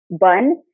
bun